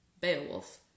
Beowulf